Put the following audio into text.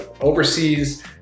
overseas